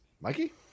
Mikey